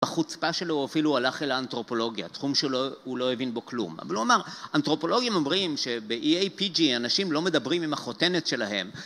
בחוצפה שלו הוא אפילו הלך אל האנתרופולוגיה, תחום שהוא לא הבין בו כלום. אבל הוא אמר, אנתרופולוגים אומרים שבאיי פיג'י אנשים לא מדברים עם החותנת שלהם